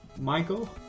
Michael